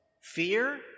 fear